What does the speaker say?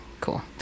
cool